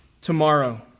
tomorrow